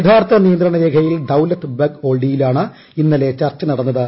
യഥാർത്ഥ നിയന്ത്രണരേഖയിൽ ദൌലത്ത് ബഗ് ഓൾഡിയിലാണ് ഇന്നലെ ചർച്ച നടന്നത്